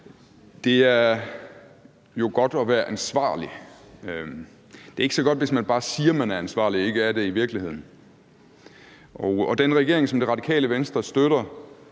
Det er jo godt at være ansvarlig. Det er ikke så godt, hvis man bare siger, at man er ansvarlig, men ikke er det i virkeligheden. Og den regering, som Radikale Venstre støtter,